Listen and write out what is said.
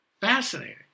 Fascinating